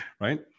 Right